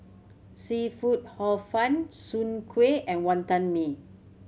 seafood Hor Fun Soon Kueh and Wantan Mee